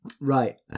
Right